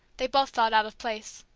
they both felt out of place.